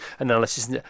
analysis